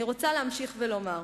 אני רוצה להמשיך ולומר,